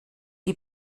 die